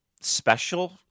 special